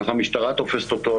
ככה המשטרה תופסת אותו,